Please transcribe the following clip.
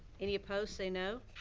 any opposed, say no.